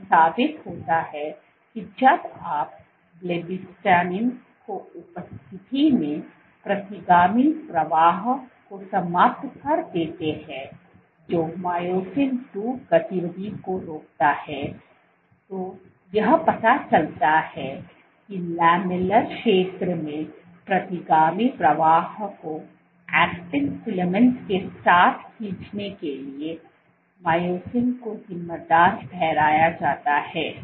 तो यह साबित होता है कि जब आप ब्लोगबिस्टैटिन की उपस्थिति में प्रतिगामी प्रवाह को समाप्त कर देते हैं जो मायोसिन II गतिविधि को रोकता है तो यह पता चलता है कि लैमेलर क्षेत्र में प्रतिगामी प्रवाह को एक्टिन फिलामेंट्स के साथ खींचने के लिए मायोसिन को जिम्मेदार ठहराया जाता है